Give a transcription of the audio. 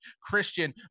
Christian